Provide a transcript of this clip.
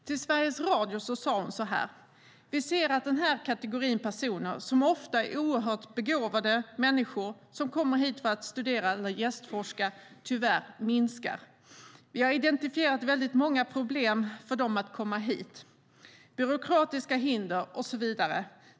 Till Sveriges Radio sade Cecilia Malmström så här: "Vi ser att den här kategorin personer, som ofta är oerhört begåvade människor, som kommer hit för att studera eller gästforska tyvärr minskar. Vi har identifierat väldigt många problem för dem att komma hit. Byråkratiska hinder och så vidare.